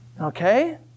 Okay